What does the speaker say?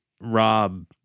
Rob